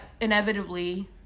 inevitably